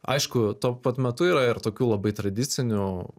aišku tuo pat metu yra ir tokių labai tradicinių